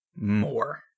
more